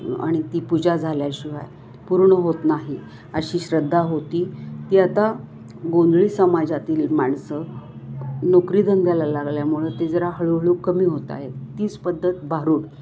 आणि ती पूजा झाल्याशिवाय पूर्ण होत नाही अशी श्रद्धा होती ती आता गोंधळी समाजातील माणसं नोकरीधंद्याला लागल्यामुळं ते जरा हळूहळू कमी होत आहे तीच पद्धत भारूड